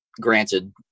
granted